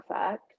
effect